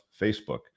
Facebook